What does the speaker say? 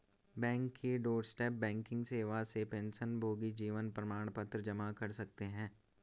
bank की doorstep banking सेवा से पेंशनभोगी जीवन प्रमाण पत्र जमा कर सकते हैं